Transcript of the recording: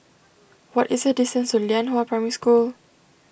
what is the distance to Lianhua Primary School